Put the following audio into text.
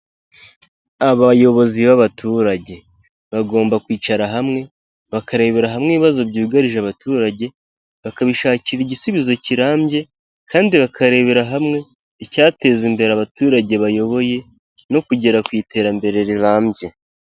Abayobozi b'abaturage bagomba kwicara hamwe bakarebera hamwe ibibazo byugarije abaturage, bakabishakira igisubizo kirambye kandi bakarebera hamwe icyateza imbere abaturage bayoboye no kugera ku iterambere rirambye.